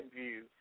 view